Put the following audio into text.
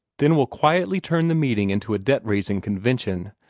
then we'll quietly turn the meeting into a debt-raising convention,